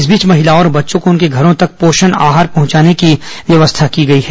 इस बीच महिलाओं और बच्चों को उनके घरों तक पोषण आहार पहंचाने की व्यवस्था की गई है